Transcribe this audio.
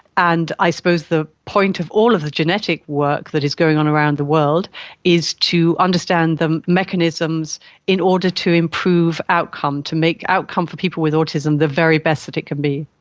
and i suppose the point of all of the genetic work that is going on around the world is to understand the mechanisms in order to improve outcome, to make outcome for people with autism the very best that it can be.